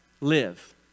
Live